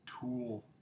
Tool